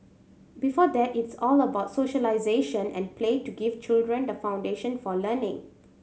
before that it is all about socialisation and play to give children the foundation for learning